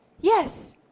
yes